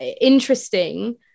interesting